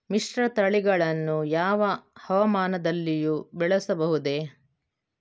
ಮಿಶ್ರತಳಿಗಳನ್ನು ಯಾವ ಹವಾಮಾನದಲ್ಲಿಯೂ ಬೆಳೆಸಬಹುದೇ?